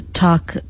talk